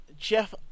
Jeff